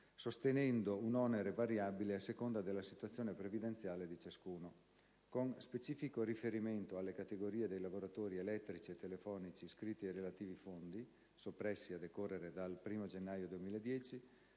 sostenendo un onere variabile a seconda della situazione previdenziale di ciascuno. Con specifico riferimento alle categorie dei lavoratori elettrici e telefonici, iscritti ai relativi fondi (soppressi a decorrere dal 1° gennaio 2000),